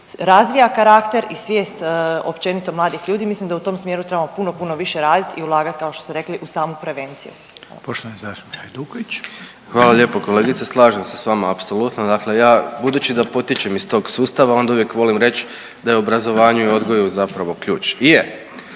razvoja karakter i svijest općenito mladih ljudi. Mislim da u tom smjeru trebamo puno puno više raditi i ulagati kao što ste rekli u samu prevenciju. **Reiner, Željko (HDZ)** Poštovani zastupnik Hajduković. **Hajduković, Domagoj (Socijaldemokrati)** Hvala lijepo kolegice. Slažem se sa vama apsolutno. Dakle ja, budući da potičem iz tog sustava onda uvijek volim reći da je u obrazovanju i odgoju zapravo ključ. I je.